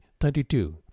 thirty-two